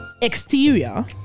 Exterior